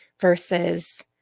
Versus